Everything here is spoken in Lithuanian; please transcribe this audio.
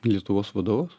lietuvos vadovas